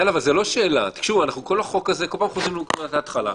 אנחנו כל החוק הזה כל פעם חוזרים לנקודת ההתחלה,